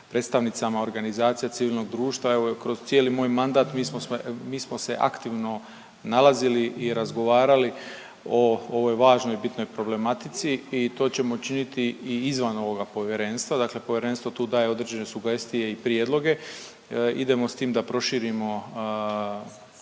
predstavnicama organizacija civilnog društva. Evo kroz cijeli moj mandat mi smo se aktivno nalazili i razgovarali o ovoj važnoj i bitnoj problematici i to ćemo činiti i izvan ovoga povjerenstva. Dakle, povjerenstvo tu daje određene sugestije i prijedloge. Idemo s tim da proširimo